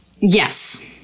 Yes